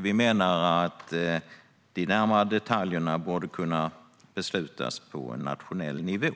Vi menar att de närmare detaljerna borde kunna beslutas på nationell nivå.